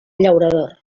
llaurador